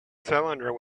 cylinder